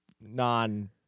non